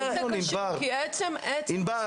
ענבר,